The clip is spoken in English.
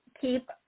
keep